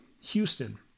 Houston